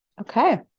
Okay